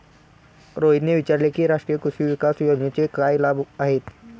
रोहितने विचारले की राष्ट्रीय कृषी विकास योजनेचे काय लाभ आहेत?